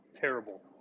terrible